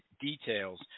details